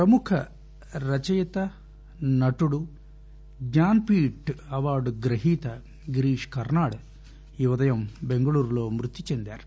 ప్రముఖ రచయిత నటుడు జ్లాన్ పీఠ్ అవార్లు గ్రహీత గిరీష్ కర్పాడ్ ఈ ఉదయం బెంగళూర్ లో మృతి చెందారు